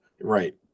Right